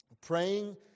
praying